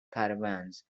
caravans